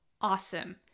awesome